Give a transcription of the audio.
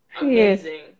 Amazing